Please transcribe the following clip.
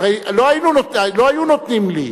הרי לא היו נותנים לי.